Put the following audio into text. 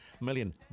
million